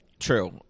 True